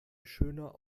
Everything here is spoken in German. schöner